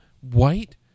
white